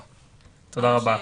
בקצרה,